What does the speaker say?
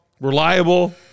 reliable